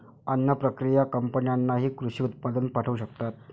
अन्न प्रक्रिया कंपन्यांनाही कृषी उत्पादन पाठवू शकतात